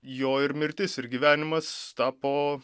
jo ir mirtis ir gyvenimas tapo